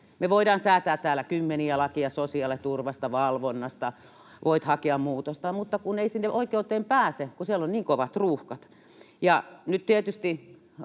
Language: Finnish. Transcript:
Me voidaan säätää täällä kymmeniä lakeja sosiaaliturvasta, valvonnasta, ja voit hakea muutosta, mutta ei sinne oikeuteen pääse, kun siellä on niin kovat ruuhkat. Ja nyt tietysti